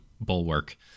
bulwark